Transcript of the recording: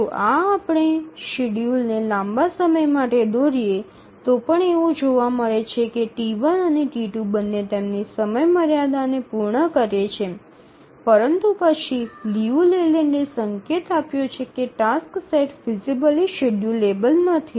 જો આપણે આ શેડ્યૂલને લાંબા સમય માટે દોરીએ તો પણ એવું જોવા મળે છે કે T 1 અને T2 બંને તેમની સમયમર્યાદા ને પૂર્ણ કરે છે પરંતુ પછી લિયુ લેલેન્ડ એ સંકેત આપ્યો છે કે ટાસક્સ સેટ ફિઝિબલી શેડ્યૂલેબલ નથી